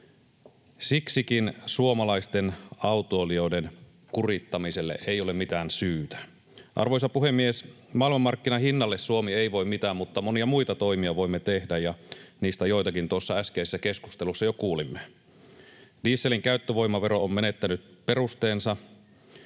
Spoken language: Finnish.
Siksikin suomalaisten autoilijoiden kurittamiselle ei ole mitään syytä. Arvoisa puhemies! Maailmanmarkkinahinnalle Suomi ei voi mitään, mutta monia muita toimia voimme tehdä, ja niistä joitakin tuossa äskeisessä keskustelussa jo kuulimme. Dieselin käyttövoimavero on menettänyt perusteensa.